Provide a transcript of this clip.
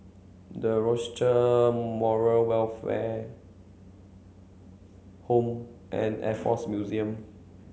the Rochester Moral Welfare Home and Air Force Museum